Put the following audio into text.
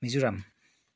Mizoram